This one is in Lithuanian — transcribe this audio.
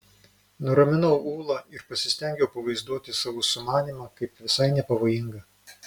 nuraminau ulą ir pasistengiau pavaizduoti savo sumanymą kaip visai nepavojingą